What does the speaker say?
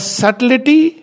subtlety